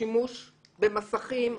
השימוש במסכים.